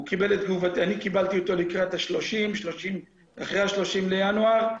אני קיבלתי אותו אחרי ה-30 בינואר.